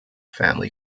family